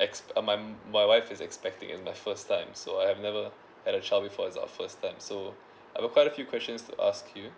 ex um my my wife is expecting it's my first time so I've never have a child before it's our first time so I've quite a few questions to ask you